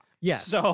Yes